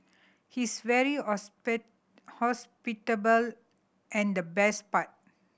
he's very hospitable and the best part